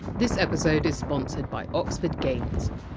this episode is sponsored by oxford games.